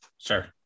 Sure